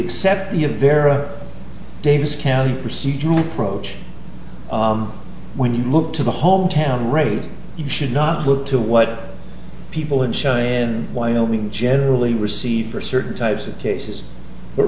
accept you vera davis county procedural when you look to the home town rate you should not look to what people in cheyenne wyoming generally receive for certain types of cases but